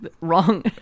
wrong